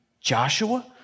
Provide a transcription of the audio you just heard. Joshua